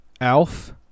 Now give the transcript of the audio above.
Alf